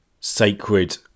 sacred